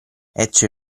ecce